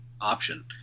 option